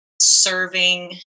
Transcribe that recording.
serving